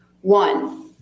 One